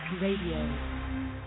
Radio